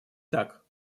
так